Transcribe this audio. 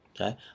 Okay